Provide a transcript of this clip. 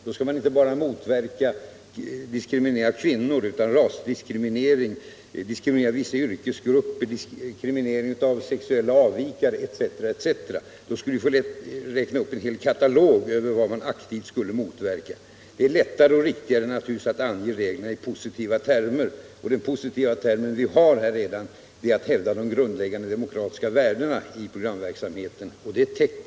Då skulle man inte bara motverka diskriminering av kvinnor, utan man skulle också motverka rasdiskriminering och diskriminering av vissa yrkesgrupper, sexuella avvikare etc. Då skulle vi behöva räkna upp en hel katalog över vad man aktivt skulle motverka. Det är givetvis lättare och riktigare att ange reglerna i positiva termer. Och den positiva term som vi redan har är att hävda de grundläggande demokratiska värdena i programverksamheten.